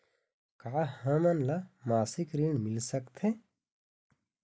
का हमन ला मासिक ऋण मिल सकथे?